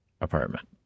apartment